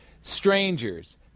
strangers